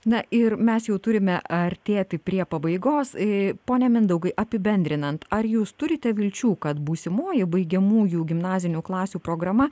na ir mes jau turime artėti prie pabaigos pone mindaugai apibendrinant ar jūs turite vilčių kad būsimoji baigiamųjų gimnazinių klasių programa